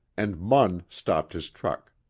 and munn stopped his truck.